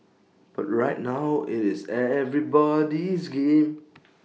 but right now IT is everybody's game